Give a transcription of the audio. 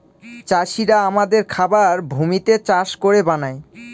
চাষিরা আমাদের খাবার ভূমিতে চাষ করে বানায়